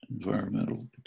environmental